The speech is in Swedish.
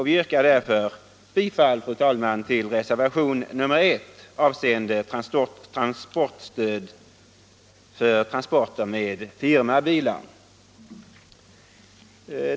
Vi yrkar därför, fru talman, bifall till reservationen 1, avseende transportstöd för transporter med firmabilar.